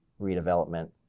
redevelopment